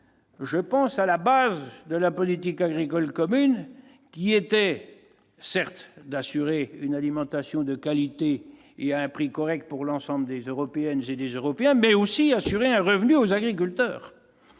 la vocation même de la politique agricole commune, qui était certes d'assurer une alimentation de qualité et à un prix correct pour l'ensemble des Européennes et des Européens, mais aussi de garantir un revenu aux agriculteurs,